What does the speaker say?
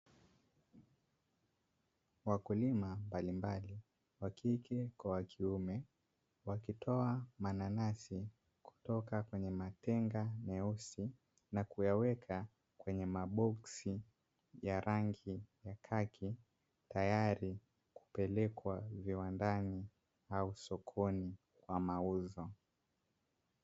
Wakulima mbalimbali wa kike kwa wa kiume, wakitoa mananasi kutoka kwenye matenga meusi na kuyaweka kwenye maboksi ya rangi ya kaki, tayari kupelekwa viwandani au sokoni kwa mauzo.